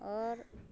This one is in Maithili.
आओर